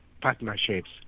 partnerships